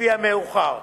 לפי המאוחר.